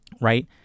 right